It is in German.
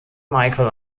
michael